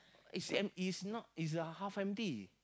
it's em~ it's not it's uh half empty